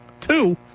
Two